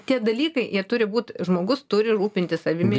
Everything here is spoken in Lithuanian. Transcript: tie dalykai jie turi būti žmogus turi rūpintis savimi